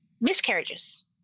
Miscarriages